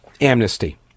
amnesty